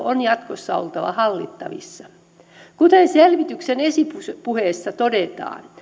on jatkossa oltava hallittavissa selvityksen esipuheessa todetaan